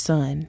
Son